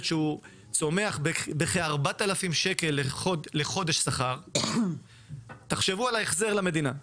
שהוא צומח בכ-4,000 ש"ח לחודש שכר תחשבו על ההחזר למדינה.